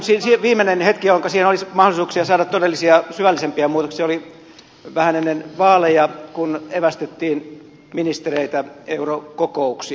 se viimeinen hetki jolloinka siihen olisi ollut mahdollisuuksia saada todellisia syvällisempiä muutoksia oli vähän ennen vaaleja kun evästettiin ministereitä eurokokouksiin